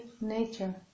nature